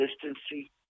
consistency